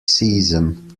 season